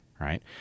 right